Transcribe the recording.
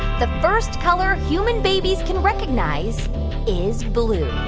the first color human babies can recognize is blue?